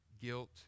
guilt